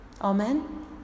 Amen